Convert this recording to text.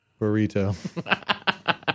burrito